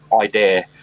idea